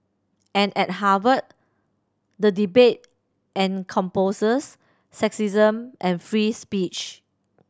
and at Harvard the debate sexism and free speech